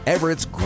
Everett's